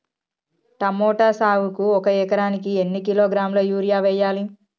Tomato సాగుకు ఒక ఎకరానికి ఎన్ని కిలోగ్రాముల యూరియా వెయ్యాలి?